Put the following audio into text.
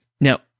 Now